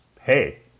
hey